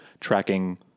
Tracking